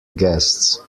guests